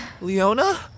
Leona